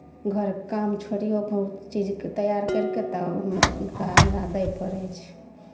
घरक काम छोड़िओ कऽ चीजकेँ तैयार करि कऽ तब हुनका हमरा दय पड़ै छै